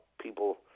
people